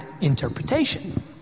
interpretation